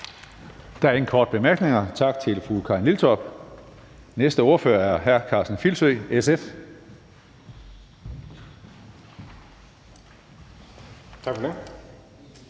Der er ingen korte bemærkninger. Tak til fru Karin Liltorp. Den næste ordfører er hr. Karsten Filsø, SF. Kl.